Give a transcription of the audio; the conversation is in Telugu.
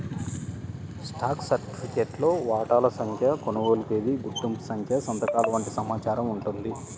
స్టాక్ సర్టిఫికేట్లో వాటాల సంఖ్య, కొనుగోలు తేదీ, గుర్తింపు సంఖ్య సంతకాలు వంటి సమాచారం ఉంటుంది